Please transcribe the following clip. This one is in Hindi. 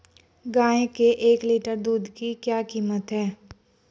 गाय के एक लीटर दूध की क्या कीमत है?